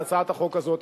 בהצעת החוק הזאת,